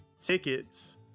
tickets